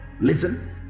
listen